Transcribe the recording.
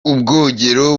ubwogero